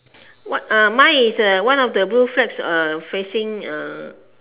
what uh mine is uh one of the blue flags uh facing uh